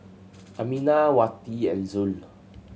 Aminah Wati and Zul